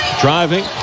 Driving